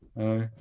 Hi